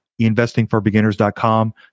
investingforbeginners.com